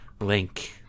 Link